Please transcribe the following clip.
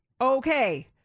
okay